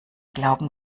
glauben